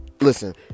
listen